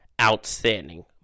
outstanding